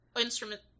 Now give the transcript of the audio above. Instrument